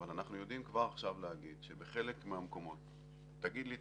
אבל אנחנו יודעים כבר עכשיו להגיד שבחלק שהמקומות אם תגיד לי,